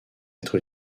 être